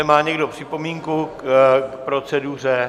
Má někdo připomínku k proceduře?